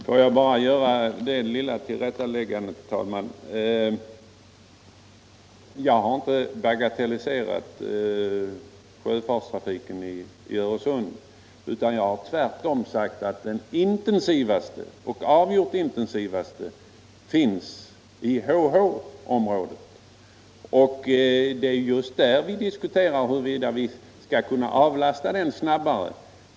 Herr talman! Får jag bara göra det lilla tillrättaläggandet att jag inte har bagatelliserat sjötrafiken i Öresund. Jag har tvärtom sagt att den avgjort intensivaste trafiken finns i HH-området, och vi diskuterar huruvida vi skall kunna avlasta den snabbare.